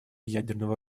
ядерного